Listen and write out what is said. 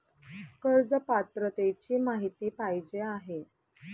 कर्ज पात्रतेची माहिती पाहिजे आहे?